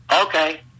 Okay